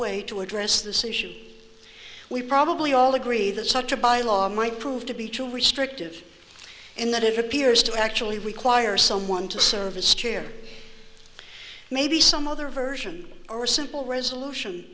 way to address the solution we probably all agree that such a bylaw might prove to be too restrictive and that it appears to actually require someone to service chair maybe some other version or a simple resolution